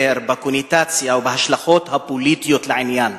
בקונוטציה ובהשלכות הפוליטיות לעניין.